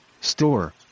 Store